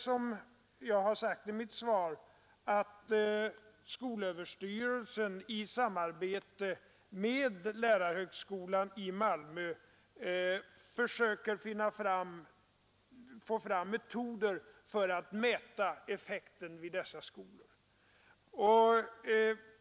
Som jag har sagt i mitt svar försöker skolöverstyrelsen i samarbete med lärarhögskolan i Malmö få fram metoder för en utvärdering av dessa skolor.